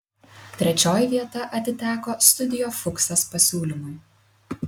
trečioji vieta atiteko studio fuksas pasiūlymui